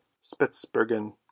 Spitzbergen